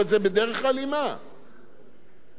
ואני מודיע לך שהיתה היענות מוגבלת מאוד,